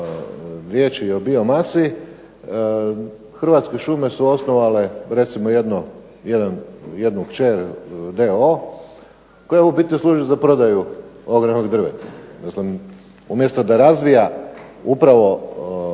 Hrvatske šume su osnovale recimo jednu kćer d.o.o. koja u biti služi za prodaju ogrjevnog drveta. Umjesto da razvija upravo